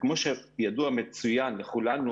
וכמו שידוע מצוין לכולנו,